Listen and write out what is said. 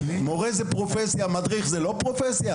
מורה זה פרופסיה, מדריך זה לא פרופסיה?